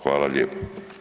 Hvala lijepo.